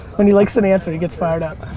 when he likes an answer he gets fired up.